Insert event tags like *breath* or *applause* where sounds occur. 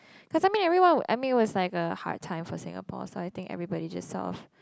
*breath* cause I mean everyone I mean it was like a hard time for Singapore so I think everybody just sort of